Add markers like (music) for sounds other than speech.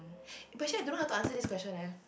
(breath) but actually I don't know how to answer this question eh